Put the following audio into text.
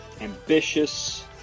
ambitious